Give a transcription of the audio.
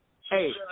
Hey